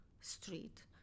street